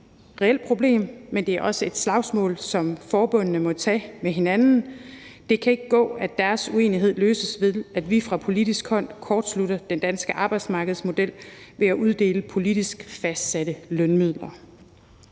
reelt problem, men det er også et slagsmål, som forbundene må tage med hinanden. Det kan ikke gå, at deres uenighed løses, ved at vi fra politisk hold kortslutter den danske arbejdsmarkedsmodel ved at uddele politisk fastsatte lønmidler.